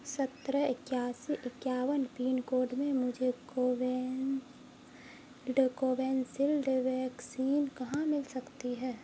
سترہ اکیاسی اکیاون پن کوڈ میں مجھے کووین ویکسین کہاں مل سکتی ہے